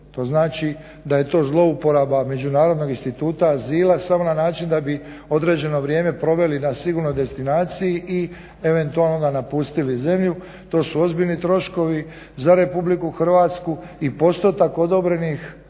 To znači da je to zlouporaba međunarodnog instituta azila samo na način da bi određeno vrijeme proveli na sigurnoj destinaciji i eventualno onda napustili zemlju. To su ozbiljni troškovi za RH i postotak odobrenih